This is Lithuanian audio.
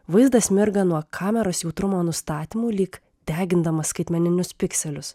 vaizdas mirga nuo kameros jautrumo nustatymų lyg degindamas skaitmeninius pikselius